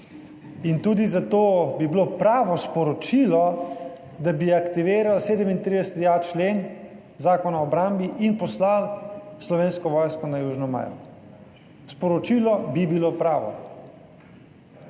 in tudi zato bi bilo pravo sporočilo, da bi aktivirali 37.a člen Zakona o obrambi in poslali Slovensko vojsko na južno mejo. Sporočilo bi bilo pravo,